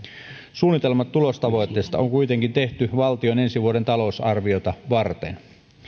suunnitelmat tulostavoitteista on kuitenkin tehty valtion ensi vuoden talousarviota varten